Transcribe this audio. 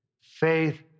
Faith